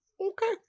okay